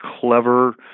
clever